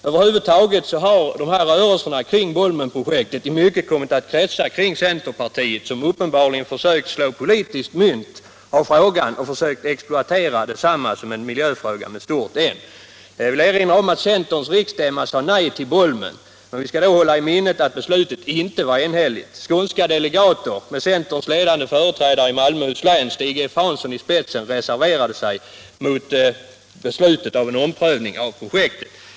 Över huvud taget har rörelserna kring Bolmenprojektet i mycket kommit att kretsa kring centerpartiet, som uppenbarligen försökt slå politiskt mynt av frågan och velat exploatera densamma som en miljöfråga av stor dignitet. Jag vill erinra om att centerns riksstämma sade nej till Bolmen, men vi skall då hålla i minnet att beslutet inte var enhälligt. Skånska delegater, med centerns ledande företrädare i Malmöhus län Stig S. Hansson i spetsen, reserverade sig mot beslutet om en omprövning av projektet.